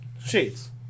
Shades